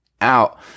out